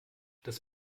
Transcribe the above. das